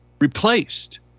replaced